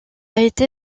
été